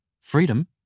Freedom